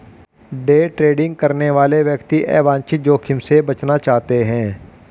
day trading करने वाले व्यक्ति अवांछित जोखिम से बचना चाहते हैं